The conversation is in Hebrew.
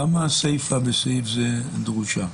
למה הסיפא בסעיף הזה דרושה?